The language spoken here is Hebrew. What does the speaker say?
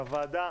והוועדה